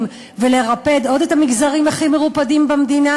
ולרפד עוד את המגזרים הכי מרופדים במדינה?